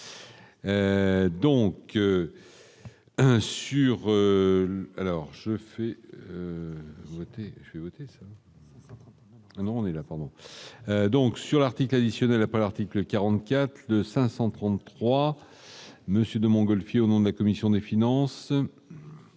donc sur l'article additionnel après l'article 44 533. Monsieur de Montgolfier au nom de la commission des finances.